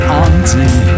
auntie